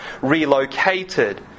relocated